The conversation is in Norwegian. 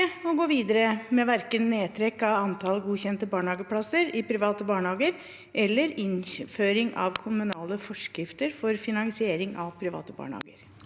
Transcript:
å gå videre med verken nedtrekk av antall godkjente barnehageplasser i private barnehager eller innføring av kommunale forskrifter for finansiering av private barnehager?»